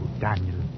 Daniel